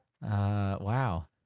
wow